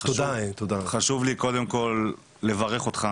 קודם כל חשוב לי לברך אותך,